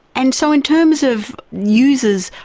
and so in terms of users,